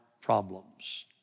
problems